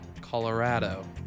Colorado